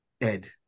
Ed